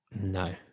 No